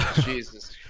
Jesus